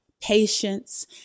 patience